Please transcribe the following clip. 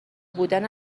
بودن